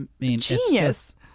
genius